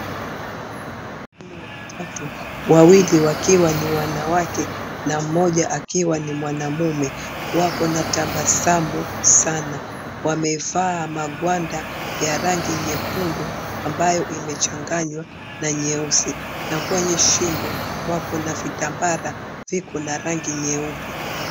Watu watatu wawili wakiwa ni wanawake na mmoja akiwa ni mwanaume wako na tabasamu sana. Wamevaa magwanda ya rangi nyekundu ambayo imechanganywa na nyeusi na kwenye shingo wakoo na vitambara vya rangi nyeupe.